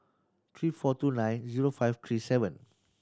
three four two nine zero five three seven